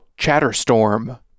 Chatterstorm